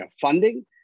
funding